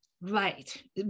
Right